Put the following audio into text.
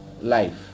life